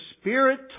Spirit